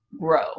grow